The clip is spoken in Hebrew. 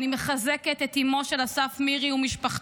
אני מחזקת את אימו של אסף, מירי, ומשפחתו,